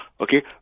okay